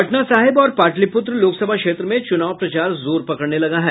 पटना साहिब और पाटलिपुत्र लोकसभा क्षेत्र में चुनाव प्रचार जोर पकड़ने लगा है